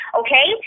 okay